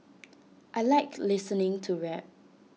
I Like listening to rap